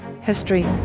history